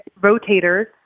rotators